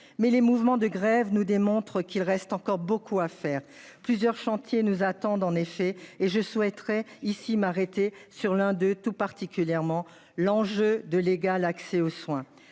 mais les mouvements de grève nous démontre qu'il reste encore beaucoup à faire. Plusieurs chantiers, nous attendent en effet et je souhaiterais ici m'arrêter sur l'un, de tout particulièrement l'enjeu de l'égal accès aux soins